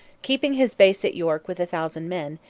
keeping his base at york with a thousand men,